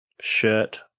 shirt